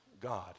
God